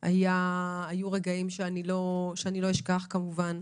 היו רגעים שלא אשכח כמובן.